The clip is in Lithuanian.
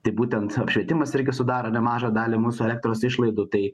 tai būtent apšvietimas irgi sudaro nemažą dalį mūsų elektros išlaidų tai